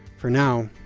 for now,